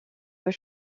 peut